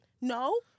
no